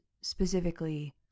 specifically